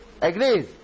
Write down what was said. Agrees